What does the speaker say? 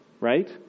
right